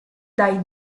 dai